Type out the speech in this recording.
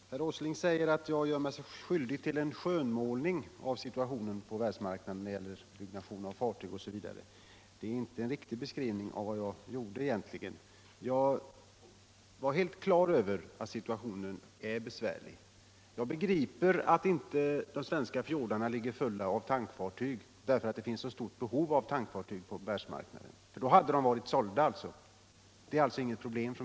Herr talman! Herr Åsling säger att jag gör mig skyldig till en skönmålning av situationen på världsmarknaden när det gäller byggnation av fartyg osv. Det är egentligen inte en riktig beskrivning av vad jag anförde. Jag var helt klar över att situationen är besvärlig. Jag begriper att orsaken till att de svenska fjordarna ligger fulla av tankfartyg inte är att det skulle finnas stort behov av tankfartyg på världsmarknaden - för då hade de varit sålda.